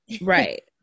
Right